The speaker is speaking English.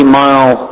mile